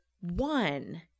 one